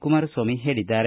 ಕುಮಾರಸ್ವಾಮಿ ಹೇಳಿದ್ದಾರೆ